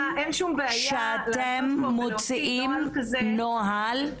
שאתם מוציאים נוהל,